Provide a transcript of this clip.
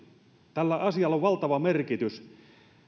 tällä asialla on valtava merkitys